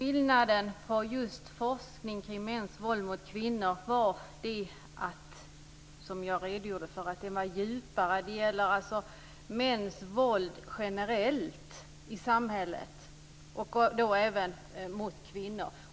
Herr talman! Skillnaden är, som jag redogjorde för, att forskningen om våld mot kvinnor ska gälla mäns våld generellt i samhället, då även mot kvinnor.